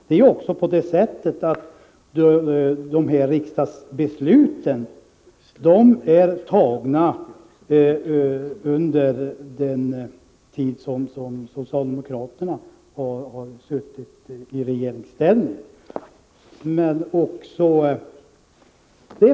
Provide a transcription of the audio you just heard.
Det är också så att det aktuella riksdagsbeslutet har fattats under den tid som socialdemokraterna har suttit i regeringsställning.